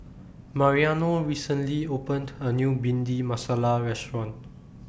Mariano recently opened A New Bhindi Masala Restaurant